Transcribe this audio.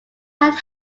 had